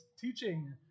teaching